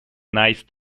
nice